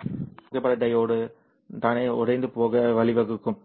அது புகைப்பட டையோடு தானே உடைந்து போக வழிவகுக்கும்